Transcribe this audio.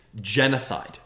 Genocide